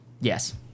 Yes